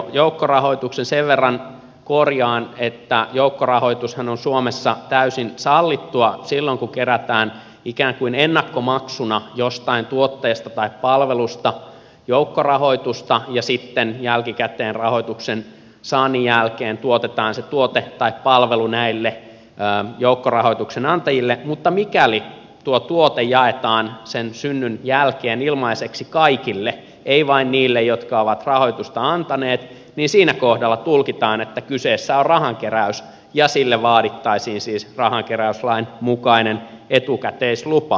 sen verran korjaan että joukkorahoitushan on suomessa täysin sallittua silloin kun kerätään ikään kuin ennakkomaksuna jostain tuotteesta tai palvelusta joukkorahoitusta ja sitten jälkikäteen rahoituksen saannin jälkeen tuotetaan se tuote tai palvelu näille joukkorahoituksen antajille mutta mikäli tuo tuote jaetaan sen synnyn jälkeen ilmaiseksi kaikille ei vain niille jotka ovat rahoitusta antaneet niin siinä kohdalla tulkitaan että kyseessä on rahankeräys ja sille vaadittaisiin siis rahankeräyslain mukainen etukäteislupa